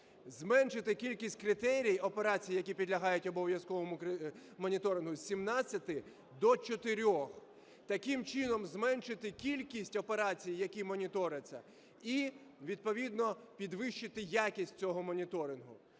зменшити кількість критерій операцій, які підлягають обов'язковому моніторингу, з 17 до 4. Таким чином, зменшити кількість операцій, які моніторяться, і, відповідно, підвищити якість цього моніторингу,